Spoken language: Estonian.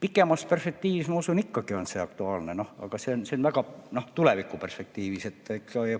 Pikemas perspektiivis, ma usun, ikkagi on see aktuaalne, aga see on väga tulevikuperspektiivis.